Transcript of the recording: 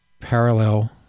parallel